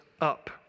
up